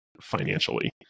financially